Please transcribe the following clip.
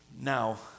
Now